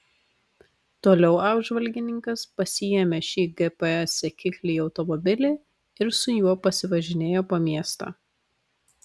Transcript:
toliau apžvalgininkas pasiėmė šį gps sekiklį į automobilį ir su juo pasivažinėjo po miestą